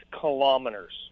kilometers